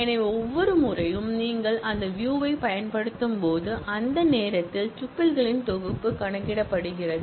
எனவே ஒவ்வொரு முறையும் நீங்கள் அந்த வியூ யைப் பயன்படுத்தும்போது அந்த நேரத்தில் டுபில்களின் தொகுப்பு கணக்கிடப்படுகிறது